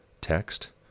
text